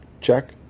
Check